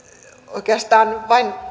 oikeastaan vain